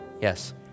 Yes